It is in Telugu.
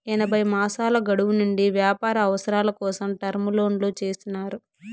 ఎనభై మాసాల గడువు నుండి వ్యాపార అవసరాల కోసం టర్మ్ లోన్లు చేసినారు